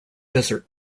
desert